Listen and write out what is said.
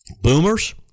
Boomers